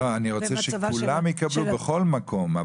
לא, אני רוצה שכולם יקבלו בכל מקום.